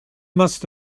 must